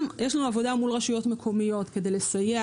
יש לנו עבודה גם מול הרשויות המקומיות, כדי לסייע